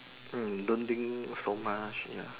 mm don't think so much ya